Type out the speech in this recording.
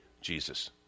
Jesus